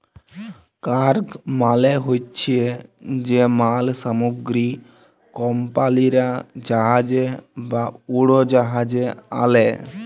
cargo মালে হছে যে মাল সামগ্রী কমপালিরা জাহাজে বা উড়োজাহাজে আলে